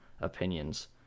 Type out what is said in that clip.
opinions